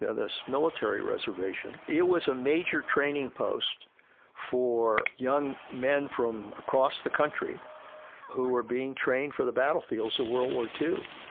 this military reservation, it was a major training post for young men from across the country who were being trained for the battlefields of ah world war two.